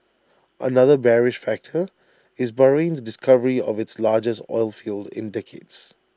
another bearish factor is Bahrain's discovery of its largest oilfield in decades